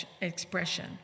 expression